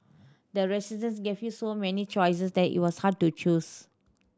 the gave you so many choices that it was hard to choose